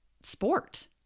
sport